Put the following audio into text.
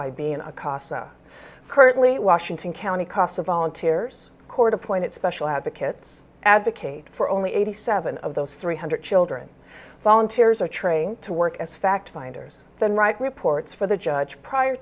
by being in a casa currently washington county casa volunteers court appointed special advocates advocate for only eighty seven of those three hundred children volunteers are trained to work as fact finders then write reports for the judge prior